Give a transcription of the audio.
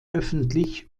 öffentlich